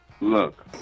look